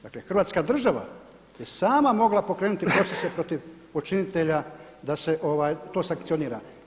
Dakle Hrvatska država je sama mogla pokrenuti procese protiv počinitelja da se to sankcionira.